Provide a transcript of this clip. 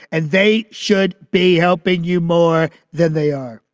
and they should be helping you more than they are.